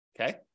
Okay